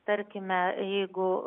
tarkime jeigu